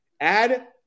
Add